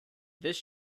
this